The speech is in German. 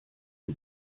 sie